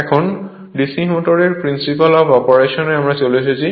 এখন DC মোটরের principle of অপারেশনে আমরা চলে এসেছি